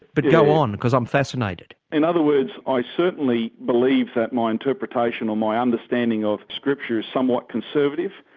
but go on, because i'm fascinated. in other words i certainly believe that my interpretation or my understanding of scripture is somewhat conservative,